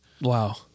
wow